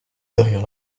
derrière